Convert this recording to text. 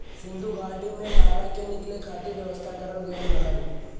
सिन्धु घाटी में नाला के निकले खातिर व्यवस्था करल गयल रहल